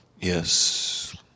Yes